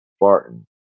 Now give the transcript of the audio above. Barton